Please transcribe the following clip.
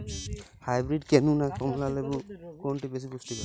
Hybrid কেনু না কমলা লেবু কোনটি বেশি পুষ্টিকর?